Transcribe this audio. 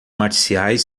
marciais